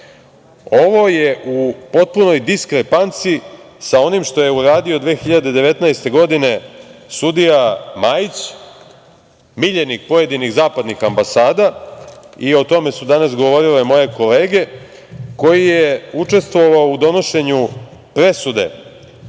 je u potpunoj diskrepanci sa onim što je uradio 2019. godine sudija Majić, miljenik pojedinih zapadnih ambasada i o tome su danas govorile moje kolege, koji je učestvovao u donošenju presude